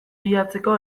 bilatzeko